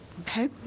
Okay